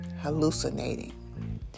hallucinating